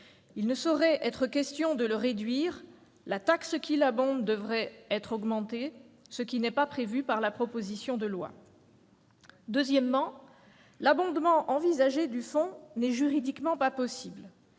il ne saurait être question de le réduire. La taxe qui l'abonde devrait être augmentée, ce qui n'est pas prévu par la proposition de loi. Par ailleurs, l'abondement envisagé du fonds n'est juridiquement pas possible.